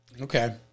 Okay